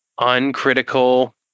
uncritical